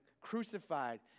crucified